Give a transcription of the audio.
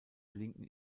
linken